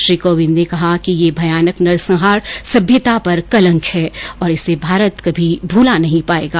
श्री कोविंद ने कहा कि यह भयानक नरसंहार सभ्यता पर कलंक है और इसे भारत कभी भुला नहीं पाएगा